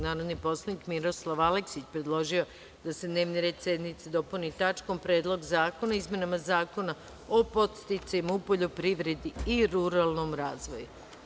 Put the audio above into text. Narodni poslanik Miroslav Aleksić predložio je da se dnevni red sednice dopuni tačkom – Predlog zakona o izmenama Zakona o podsticajima u poljoprivredi i ruralnom razvoju.